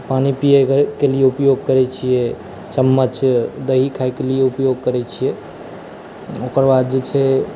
पानि पियै के लिए उपयोग करै छियै चम्मच दही खाय के लेल उपयोग करै छियै ओकरबाद जे छै